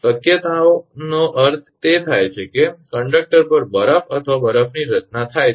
શક્યતાનો અર્થ તે થાય છે કે કંડક્ટર પર બરફ અથવા બરફની રચના થાય છે